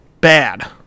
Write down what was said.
bad